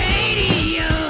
Radio